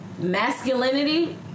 Masculinity